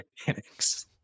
mechanics